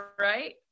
right